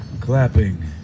clapping